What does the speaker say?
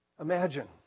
Imagine